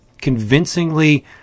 convincingly